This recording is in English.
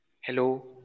Hello